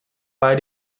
bei